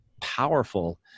powerful